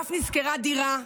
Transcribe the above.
ואף נשכרה דירה,